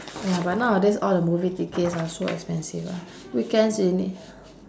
ya but nowadays all the movie tickets are so expensive ah weekends you need